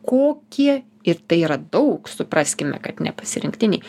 kokie ir tai yra daug supraskime kad ne pasirinktiniai